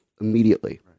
immediately